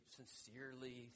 sincerely